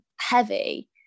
heavy